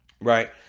right